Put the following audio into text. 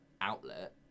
outlet